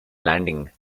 landing